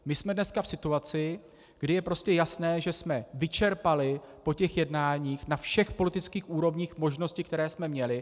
My jsme dneska v situaci, kdy je prostě jasné, že jsme vyčerpali po těch jednáních na všech politických úrovních možnosti, které jsme měli.